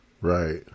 Right